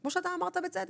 כמו אתה אמרת בצדק.